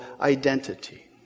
identity